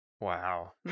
Wow